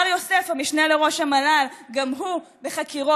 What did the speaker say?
בר יוסף, המשנה לראש המל"ל, גם הוא בחקירות.